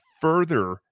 further